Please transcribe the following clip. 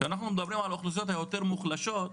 כשאנחנו מדברים על האוכלוסיות היותר מוחלשות,